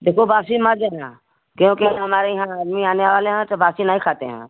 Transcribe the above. एक भी बासी मत देना क्योंकि हमारे यहाँ आदमी आने वाले हैं तो बासी नही खाते हैं